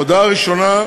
הודעה ראשונה,